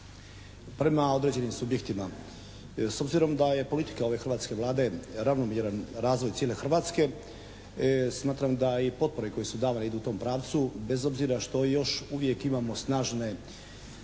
prema određenim subjektima. S obzirom da je politika ove hrvatske Vlade ravnomjeran razvoj cijele Hrvatske smatram da i potpore koje su dali idu u tom pravcu, bez obzira što još uvijek imamo snažne